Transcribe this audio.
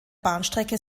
bahnstrecke